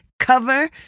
cover